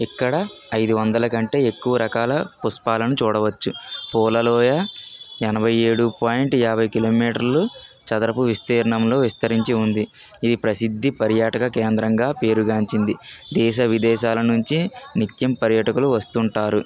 ఇక్కడ ఐదు వందల కంటే ఎక్కువ రకాల పుష్పాలను చూడవచ్చు పూల లోయ ఎనభై ఏడు పాయింట్ యాభై కిలోమీటర్లు చదరపు విస్తీర్ణంలో విస్తరించి ఉంది ఈ ప్రసిద్ధి పర్యాటక కేంద్రంగా పేరుగాంచింది దేశ విదేశాల నుంచి నిత్యం పర్యాటకులు వస్తుంటారు